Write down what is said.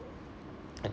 I